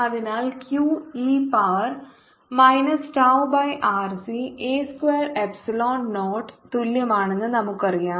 അതിനാൽ Q e power minus tau by RC a square epsilon naught തുല്യമല്ലെന്ന് നമുക്കറിയാം